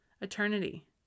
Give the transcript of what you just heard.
Eternity